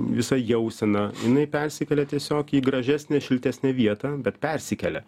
visa jausena jinai persikelia tiesiog į gražesnę šiltesnę vietą bet persikelia